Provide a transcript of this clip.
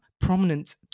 prominent